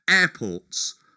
Airports